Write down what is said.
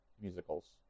musicals